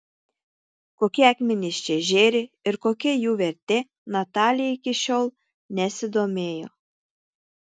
kokie akmenys čia žėri ir kokia jų vertė natalija iki šiol nesidomėjo